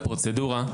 הפרוצדורה,